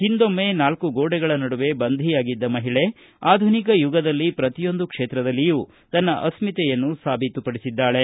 ಹಿಂದೊಮ್ನೆ ನಾಲ್ಲು ಗೋಡೆಗಳ ನಡುವೆ ಬಂಧಿಯಾಗಿದ್ದ ಮಹಿಳೆ ಆಧುನಿಕ ಯುಗದಲ್ಲಿ ಪ್ರತಿಯೊಂದು ಕ್ಷೇತ್ರದಲ್ಲಿಯೂ ತನ್ನ ಅಸ್ತಿತೆಯನ್ನು ಸಾಬೀತುಪಡಿಸಿದ್ದಾಳೆ